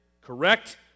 correct